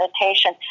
meditation